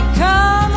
come